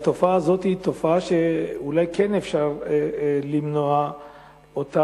את התופעה הזאת אולי כן אפשר למנוע ולחסום